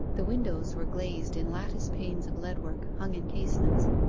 the windows were glazed in lattice panes of leadwork, hung in casements.